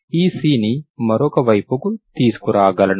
ఈ Cని మరొక వైపుకు తీసుకురాగలను